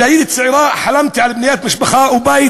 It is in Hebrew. כשהייתי צעירה חלמתי על בניית משפחה ובית,